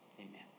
amen